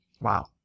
Wow